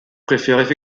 préfèrent